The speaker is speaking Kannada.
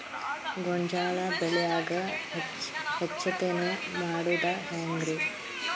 ಗೋಂಜಾಳ ಬೆಳ್ಯಾಗ ಹೆಚ್ಚತೆನೆ ಮಾಡುದ ಹೆಂಗ್?